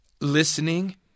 Listening